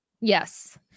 Yes